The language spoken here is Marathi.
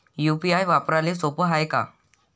यू.पी.आय वापराले सोप हाय का?